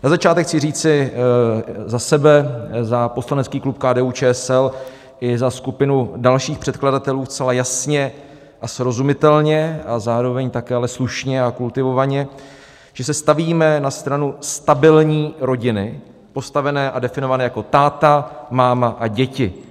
Na začátek chci říci za sebe a za poslanecký klub KDUČSL i za skupinu dalších předkladatelů zcela jasně a srozumitelně a zároveň také slušně a kultivovaně, že se stavíme na stranu stabilní rodiny postavené a definované jako táta, máma a děti.